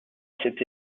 cette